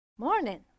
morning